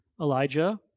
Elijah